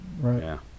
right